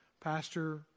pastor